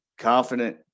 confident